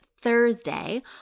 Thursday